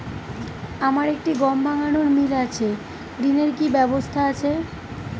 আমার একটি গম ভাঙানোর মিল আছে ঋণের কি ব্যবস্থা আছে?